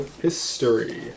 history